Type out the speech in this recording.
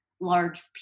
large